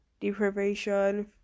deprivation